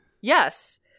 Yes